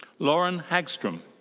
lauren haggstrom.